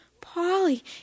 Polly